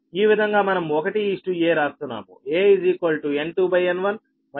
ఈ విధంగా మనం 1 a రాస్తున్నాము